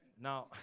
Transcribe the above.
Now